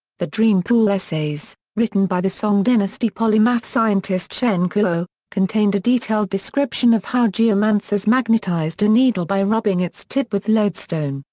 the dream pool essays, written by the song dynasty polymath scientist shen kuo, contained a detailed description of how geomancers magnetized a needle by rubbing its tip with lodestone,